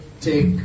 take